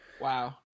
wow